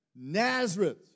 Nazareth